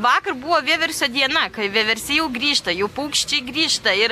vakar buvo vieversio diena kai vieversiai jau grįžta jau paukščiai grįžta ir